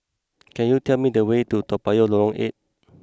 can you tell me the way to Toa Payoh Lorong Eight